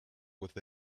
with